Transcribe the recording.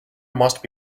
must